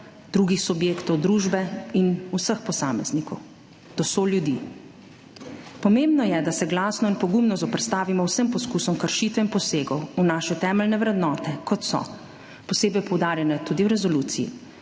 drugih subjektov družbe in vseh posameznikov, do soljudi. Pomembno je, da se glasno in pogumno zoperstavimo vsem poskusom kršitev in posegov v naše temeljne vrednote, kot so posebej poudarjene tudi v resoluciji: